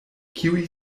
kiuj